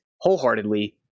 wholeheartedly